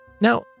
now